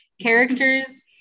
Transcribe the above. characters